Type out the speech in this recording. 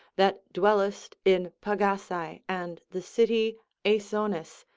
that dwellest in pagasae and the city aesonis,